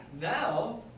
now